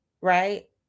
right